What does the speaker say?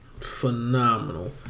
Phenomenal